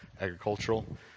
agricultural